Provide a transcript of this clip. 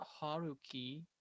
Haruki